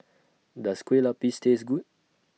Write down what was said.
Does Kueh Lapis Taste Good